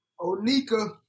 Onika